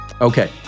Okay